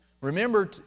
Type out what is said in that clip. Remember